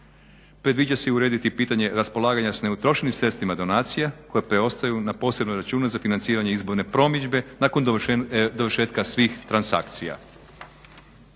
Predviđa se i urediti pitanje raspolaganja sa neutrošenim sredstvima donacija koja preostaju na posebnom računu za financiranje izborne promidžbe nakon dovršetka svih transakcija.